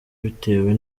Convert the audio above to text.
bitewe